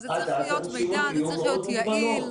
זה צריך להיות מידע, זה צריך להיות יעל.